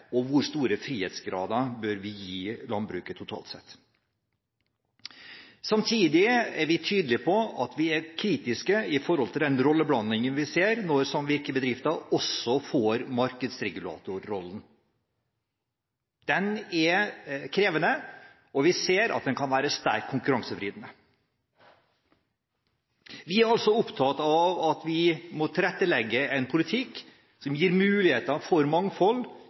og hvor store frihetsgrader vi bør gi landbruket totalt sett. Samtidig er vi tydelige på at vi er kritiske til den rolleblandingen vi ser når samvirkebedrifter også får markedsregulatorrollen. Den er krevende, og vi ser at den kan være sterkt konkurransevridende. Vi er også opptatt av at vi må tilrettelegge for en politikk som gir muligheter for mangfold,